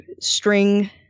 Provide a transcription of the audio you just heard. string